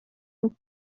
uko